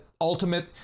ultimate